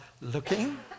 looking